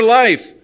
life